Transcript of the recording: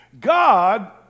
God